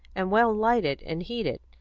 and well lighted and heated,